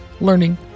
learning